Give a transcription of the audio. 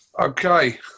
Okay